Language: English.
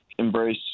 Embrace